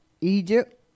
Egypt